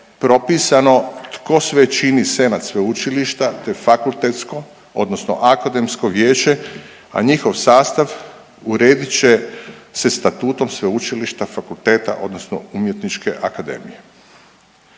propisano tko sve čini senat sveučilišta, te fakultetsko, odnosno akademsko vijeće, a njihov sastav uredit će se statutom sveučilišta, fakulteta, odnosno umjetničke akademije.